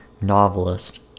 novelist